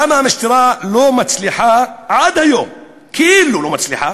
למה המשטרה לא מצליחה עד היום, כאילו לא מצליחה,